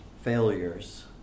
failures